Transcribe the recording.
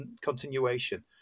continuation